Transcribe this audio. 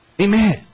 amen